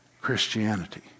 Christianity